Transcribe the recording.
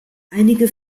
einige